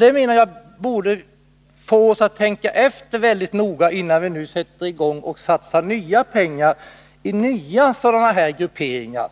Detta menar jag borde få oss att tänka efter mycket noga, innan vi satsar nya pengar på nya liknande grupperingar.